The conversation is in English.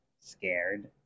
scared